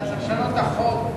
אתה צריך לשנות את החוק.